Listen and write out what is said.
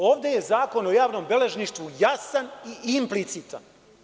Ovde je Zakon o javnom beležništvu jasan i implicitan.